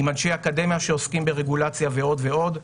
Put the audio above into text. עם אנשי אקדמיה שעוסקים ברגולציה ועוד ועוד.